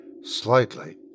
Slightly